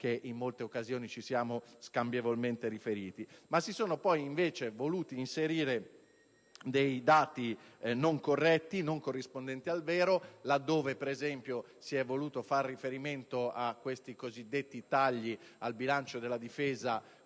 che in molte occasioni ci siamo scambievolmente riferiti, ha poi invece voluto inserire dati non corretti e non corrispondenti al vero. Così, ad esempio, si è voluto far riferimento ai cosiddetti tagli al bilancio della Difesa,